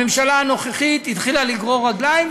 הממשלה הנוכחית התחילה לגרור רגליים,